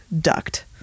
ducked